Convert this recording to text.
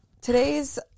Today's